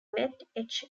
met